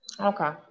Okay